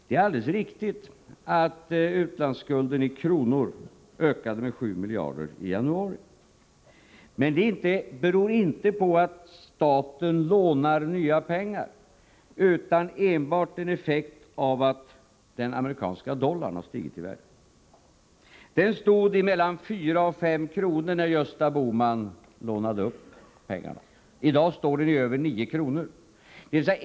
Det är alldeles riktigt att utlandsskulden i kronor räknat ökade med 7 miljarder kronor i januari, men detta beror inte på att staten lånar nya pengar. Det är enbart en effekt av att den amerikanska dollarn har stigit i värde. Dollarn stod i mellan 4 och 5 kr. när Gösta Bohman lånade upp pengarna. I dag står dollarn i över 9 kr.